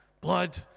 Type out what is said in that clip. blood